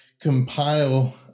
compile